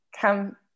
come